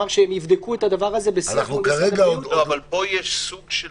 אמר שהם יבדקו את הדבר הזה --- אבל פה יש סוג של